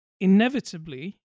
inevitably